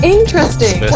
Interesting